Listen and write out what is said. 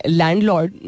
landlord